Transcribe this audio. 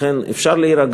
לכן, אפשר להירגע.